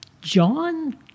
John